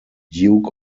duke